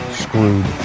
screwed